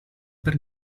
per